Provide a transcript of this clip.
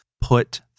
put